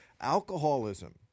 Alcoholism